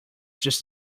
just